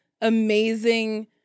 amazing